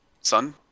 Son